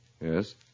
Yes